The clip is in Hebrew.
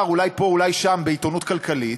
אולי פה אולי שם בעיתונות הכלכלית,